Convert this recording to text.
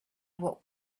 walked